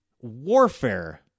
warfare